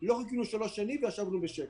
לא חיכינו שלוש שנים וישבנו בשקט.